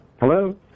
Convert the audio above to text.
Hello